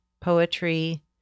poetry